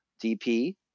DP